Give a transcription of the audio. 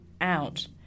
out